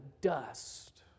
dust